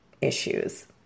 issues